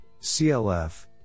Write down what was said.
CLF